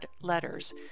letters